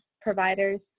providers